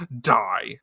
die